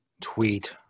tweet